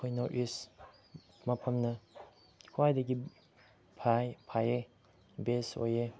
ꯑꯩꯈꯣꯏ north east ꯃꯐꯝꯅ ꯈ꯭ꯋꯥꯏꯗꯒꯤ ꯐꯩꯌꯦ ꯕꯦꯁ ꯑꯣꯏꯌꯦ